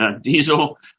diesel